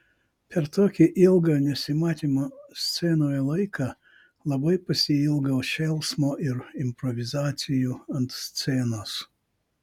per tokį ilgą nesimatymo scenoje laiką labai pasiilgau šėlsmo ir improvizacijų ant scenos